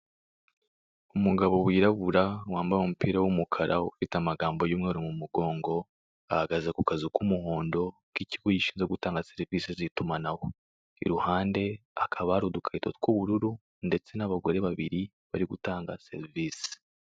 Umugabo w'irabura wambaye umupira w'umukara ufite amagambo y'umweru m'umugongo, ahagaze kukazu k'umuhondo k'ikigi gishizwe gutanga serivise z'itumanaho, iruhande hakaba hari udukarito tw'ubururu ndetse n'abagore bari gutanga serivise.